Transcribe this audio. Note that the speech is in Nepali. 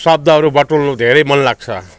शब्दहरू बटुल्नु धेरै मनलाग्छ